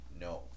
No